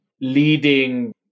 leading